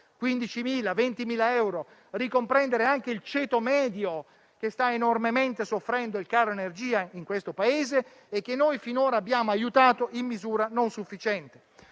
(15.000-20.000 euro), ricomprendendo anche il ceto medio che sta enormemente soffrendo il caro energia in questo Paese e che noi finora abbiamo aiutato in misura non sufficiente.